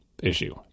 Issue